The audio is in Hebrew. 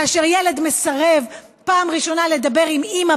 כאשר ילד מסרב פעם ראשונה לדבר עם אימא